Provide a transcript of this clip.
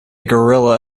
gorilla